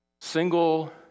single